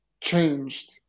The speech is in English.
changed